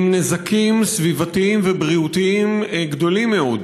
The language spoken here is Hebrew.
נזקים סביבתיים ובריאותיים גדולים מאוד,